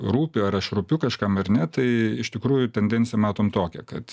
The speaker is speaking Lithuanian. rūpiu ar aš rūpiu kažkam ar ne tai iš tikrųjų tendenciją matom tokią kad